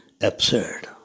Absurd